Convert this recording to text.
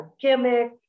gimmick